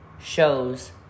shows